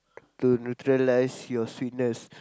to neutralise your sweetness